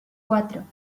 cuatro